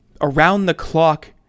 around-the-clock